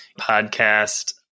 podcast